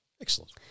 Excellent